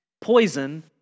Poison